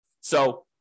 So-